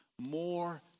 more